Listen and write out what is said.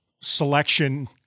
selection